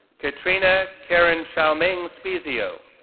katrina karen-xiaoming spiezio,